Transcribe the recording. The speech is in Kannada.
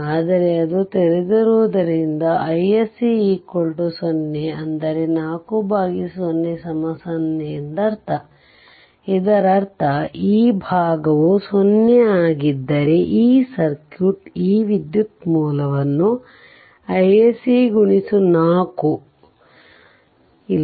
ಆದರೆ ಅದು ತೆರೆದಿರುವುದರಿಂದ iSC 0 ಅಂದರೆ 4 0 0 ಎಂದರ್ಥ ಇದರರ್ಥ ಈ ಭಾಗವು 0 ಆಗಿದ್ದರೆ ಈ ಸರ್ಕ್ಯೂಟ್ ಈ ವಿದ್ಯುತ್ ಮೂಲವನ್ನು iSC x 4 ಇಲ್ಲ